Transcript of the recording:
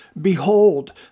behold